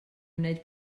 wneud